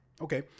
Okay